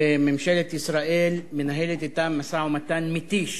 וממשלת ישראל מנהלת אתם משא-ומתן מתיש,